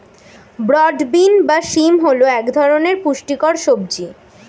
broad bean বা শিম হল এক ধরনের পুষ্টিকর সবজি